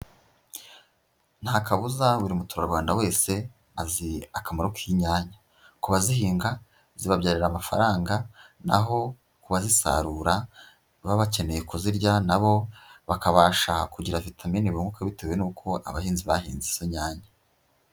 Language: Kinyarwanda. Nta kabuza buri muturarwanda wese azi akamaro k'inyanya. Ku bazihinga zibabyarira amafaranga, naho ku bazisarura baba bakeneye kuzirya na bo bakabasha kugira vitamini bunguka bitewe n'uko abahinzi bahinze izo nyanya.